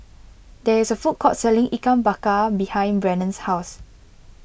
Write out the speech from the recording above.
there is a food court selling Ikan Bakar behind Brannon's house